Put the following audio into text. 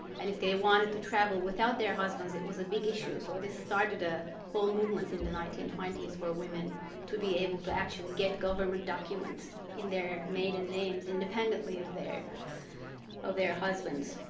and if they wanted to travel without their husbands, it was a big issue. so this started a whole movement in the nineteen twenty s for women to be able to actually get government documents in their maiden names independently of their of their husbands.